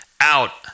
Out